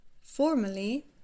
formally